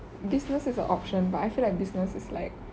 business is a option but I feel like business is like